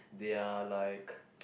they are like